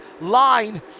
line